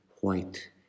white